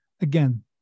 again